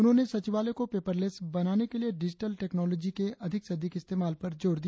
उन्होंने सचिवालय को पेपरलेस बनाने के लिए डिजिटल टेक्नोलोजी के अधिक से अधिक इस्तेमाल पर जोर दिया